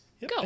go